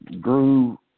grew